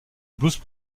blues